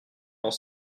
dans